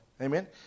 Amen